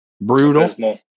brutal